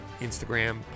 Instagram